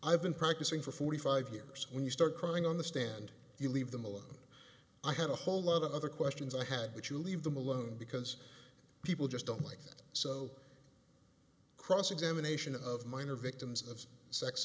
i've been practicing for forty five years when you start crying on the stand you leave them alone i had a whole lot of other questions i had but you leave them alone because people just don't like that so cross examination of minor victims of sex